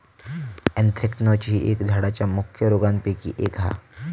anthracnose ही झाडांच्या मुख्य रोगांपैकी एक हा